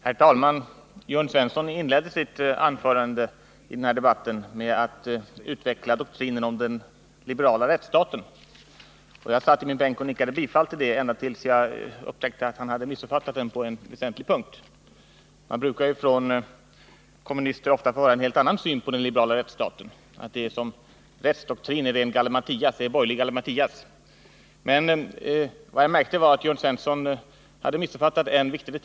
Herr talman! Jörn Svensson inledde sitt anförande i den här debatten med att utveckla doktrinen om den liberala rättsstaten. Jag satt i min bänk och nickade bifall till vad han sade ända tills jag upptäckte att han hade missuppfattat den doktrinen på en väsentlig punkt. Från kommunistiskt håll hör vi ju ofta att man där har en helt annan syn på den liberala rättsstaten, att denna doktrin är borgerlig gallimatias. Men vad jag fäste mig vid var att Jörn Svensson hade missuppfattat dess innebörd.